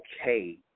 okay